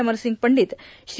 Amarsingh Pandit Shri